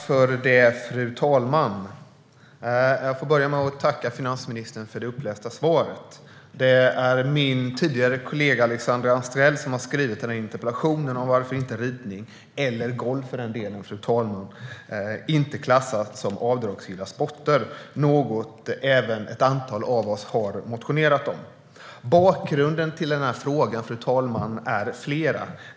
Fru talman! Jag vill börja med att tacka finansministern för svaret. Det är min tidigare kollega Alexandra Anstrell som har ställt denna interpellation om varför ridning, och för den delen golf, inte klassas som avdragsgilla sporter, något som även ett antal av oss har motionerat om. Bakgrunden till denna fråga är flerdelad.